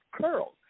curls